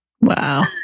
Wow